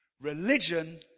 Religion